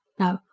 no,